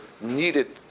needed